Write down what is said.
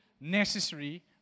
necessary